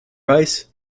rice